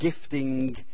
gifting